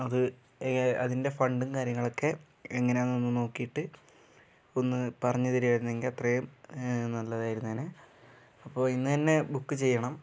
അത് അതിൻ്റെ ഫണ്ടും കാര്യങ്ങളൊക്കെ എങ്ങനെയാണെന്ന് ഒന്ന് നോക്കിയിട്ട് ഒന്ന് പറഞ്ഞ് തരായിരുന്നെങ്കിൽ അത്രയും നല്ലതായിരുന്നേനെ അപ്പോൾ ഇന്ന് തന്നെ ബുക്ക് ചെയ്യണം